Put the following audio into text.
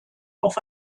auf